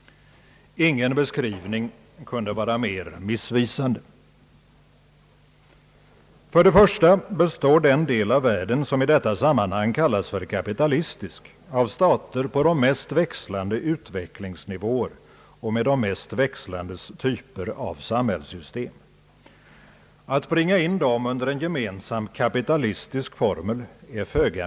Ingen beskrivning kunde vara mer missvisande. För det första består den del av världen, som i detta sammanhang kallas den kapitalistiska, av stater på de mest växlande utvecklingsnivåer och med de mest växlande typer av samhällssystem. Det är föga meningsfullt att föra in dem under en gemensam kapitalistisk formel.